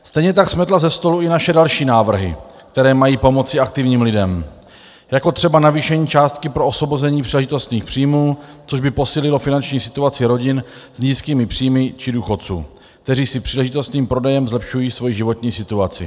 Stejně tak smetla ze stolu i naše další návrhy, které mají pomoci aktivním lidem, jako třeba navýšení částky pro osvobození příležitostných příjmů, což by posílilo finanční situaci rodin s nízkými příjmy či důchodců, kteří si příležitostným prodejem zlepšují svoji životní situaci.